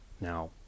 Now